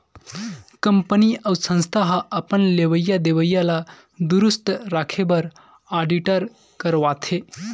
company अउ संस्था ह अपन लेवई देवई ल दुरूस्त राखे बर आडिट करवाथे